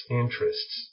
interests